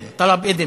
היושב-ראש?